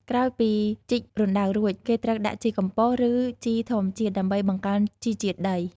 ក្រោយពីជីករណ្ដៅរួច គេត្រូវដាក់ជីកំប៉ុស្ត ឬជីធម្មជាតិ ដើម្បីបង្កើនជីជាតិដី។